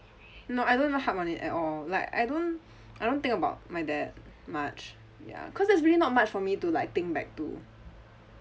no I don't even harp on it at all like I don't I don't think about my dad much ya cause there's really not much for me to like think back to